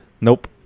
nope